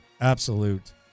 Absolute